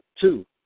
two